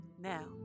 Now